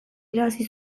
irabazi